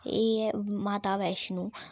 एह् ऐ माता वैश्णो